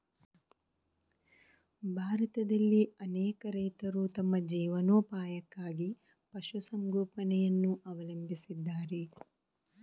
ಭಾರತದಲ್ಲಿ ಅನೇಕ ರೈತರು ತಮ್ಮ ಜೀವನೋಪಾಯಕ್ಕಾಗಿ ಪಶು ಸಂಗೋಪನೆಯನ್ನು ಅವಲಂಬಿಸಿದ್ದಾರೆ